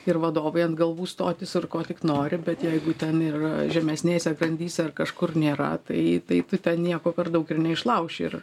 ir vadovai ant galvų stotis ir ko tik nori bet jeigu ten ir žemesnėse grandyse ar kažkur nėra tai taip tu ten nieko per daug ir neišlauši ir